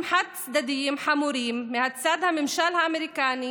חד-צדדיים חמורים מצד הממשל האמריקני,